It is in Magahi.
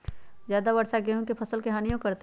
ज्यादा वर्षा गेंहू के फसल के हानियों करतै?